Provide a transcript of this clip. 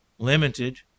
limited